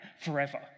forever